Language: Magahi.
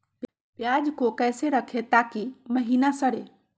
प्याज को कैसे रखे ताकि महिना सड़े?